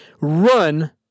Run